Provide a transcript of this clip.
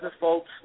folks